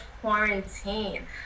quarantine